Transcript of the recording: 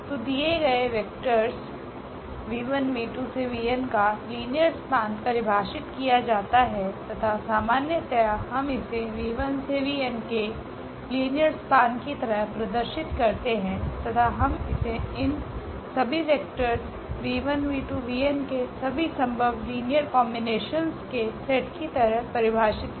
तो दिये गए वेक्टर्स 𝑣1𝑣2𝑣𝑛 का लीनियर स्पान परिभाषित किया जाता है तथा सामान्यतया हम इसे 𝑣1𝑣2𝑣𝑛के लीनियर स्पान की तरह प्रदर्शित करते है तथा हम इसे इन सभी वेक्टर्स 𝑣1𝑣2𝑣𝑛के सभी संभव लीनियर कोम्बिनेशंस के सेट की तरह परिभाषित करते हैं